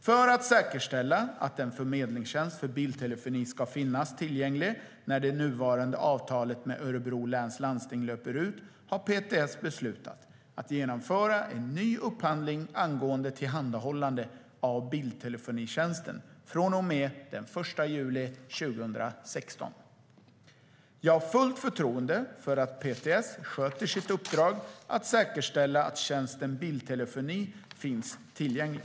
För att säkerställa att en förmedlingstjänst för bildtelefoni ska finnas tillgänglig när det nuvarande avtalet med Örebro läns landsting löper ut har PTS beslutat att genomföra en ny upphandling angående tillhandahållande av bildtelefonitjänsten från och med den 1 juli 2016. Jag har fullt förtroende för att PTS sköter sitt uppdrag att säkerställa att tjänsten bildtelefoni finns tillgänglig.